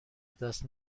دست